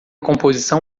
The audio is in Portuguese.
composição